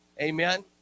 Amen